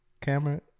camera